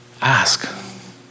ask